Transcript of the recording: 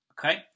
Okay